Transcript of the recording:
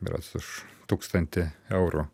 berods už tūkstantį eurų